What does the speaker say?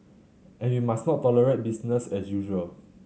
and we must not tolerate business as usual